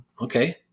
Okay